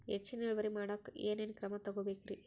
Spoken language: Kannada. ಹೆಚ್ಚಿನ್ ಇಳುವರಿ ಮಾಡೋಕ್ ಏನ್ ಏನ್ ಕ್ರಮ ತೇಗೋಬೇಕ್ರಿ?